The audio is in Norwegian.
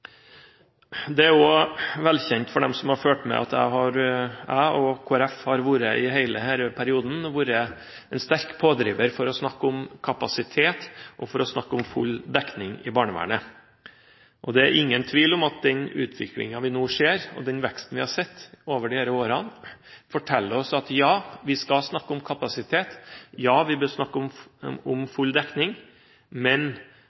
er også vel kjent for dem som har fulgt med, at jeg og Kristelig Folkeparti i hele denne perioden har vært en sterk pådriver for å snakke om kapasitet, og for å snakke om full dekning i barnevernet. Det er ingen tvil om at den utviklingen vi nå ser, og den veksten vi har sett over disse årene, forteller oss at vi skal snakke om kapasitet, og at vi bør snakke om full dekning, men